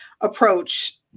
approach